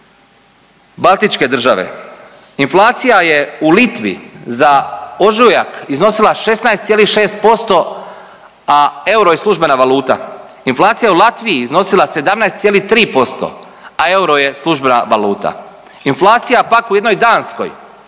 baltičke države. Inflacija je u Litvi za ožujak iznosila 16,6%, a euro je službena valuta. Inflacija u Latviji iznosila 17,3%, a euro je službena valuta. Inflacija pak, u jednoj Danskoj